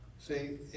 See